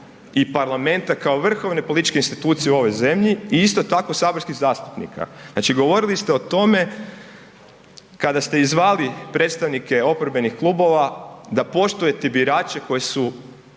i parlamenta kao vrhovne političke institucije u ovoj zemlji i isto tako saborskih zastupnika. Znači, govorili ste o tome kada ste i zvali predstavnike oporbenih klubova da poštujete birače koji su